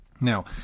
Now